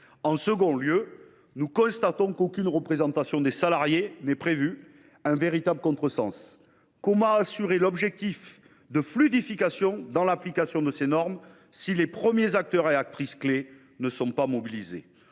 En second lieu, nous constatons qu’aucune représentation des salariés n’est prévue, ce qui est un véritable contresens : comment atteindre l’objectif de fluidification dans l’application de ces normes si ces acteurs et actrices clés ne sont pas mobilisés ?